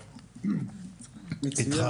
כן,